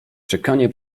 czekanie